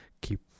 keep